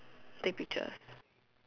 take pictures